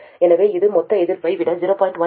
எனவே இது மொத்த எதிர்ப்பை விட 0